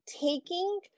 taking